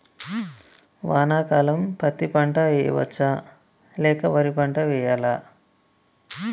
వానాకాలం పత్తి పంట వేయవచ్చ లేక వరి పంట వేయాలా?